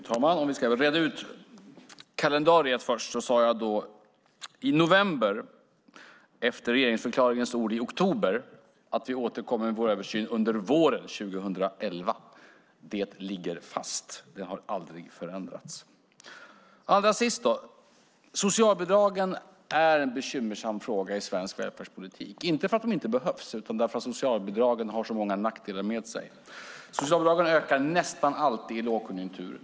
Fru talman! Jag vill först reda ut kalendariet. I november, efter regeringsförklaringens ord i oktober, sade jag att vi återkommer med vår översyn under våren 2011. Det ligger fast. Det har aldrig förändrats. Allra sist: Socialbidragen är en bekymmersam fråga i svensk välfärdspolitik - inte därför att de inte behövs utan därför att socialbidragen har så många nackdelar. Socialbidragen ökar nästan alltid i lågkonjunktur.